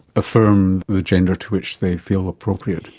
affirm the gender to which they feel appropriate?